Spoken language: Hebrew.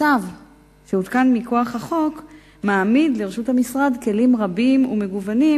הצו שהותקן מכוח החוק מעמיד לרשות המשרד כלים רבים ומגוונים,